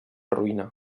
ruïna